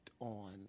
on